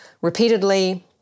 repeatedly